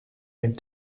ben